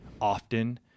often